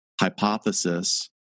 hypothesis